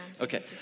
Okay